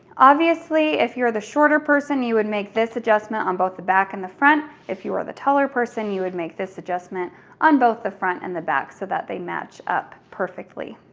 obviously, if you're the shorter person, you would make this adjustment on both the back and the front. if you were the taller person, you would make this adjustment on both the front and the back so that they match up perfectly.